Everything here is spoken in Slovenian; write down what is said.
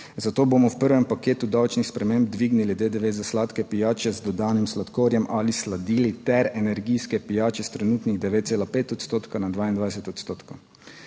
zato bomo v prvem paketu davčnih sprememb dvignili DDV za sladke pijače z dodanim sladkorjem ali sladili ter energijske pijače s trenutnih 9,5 odstotka na 22 odstotkov;